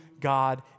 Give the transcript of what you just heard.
God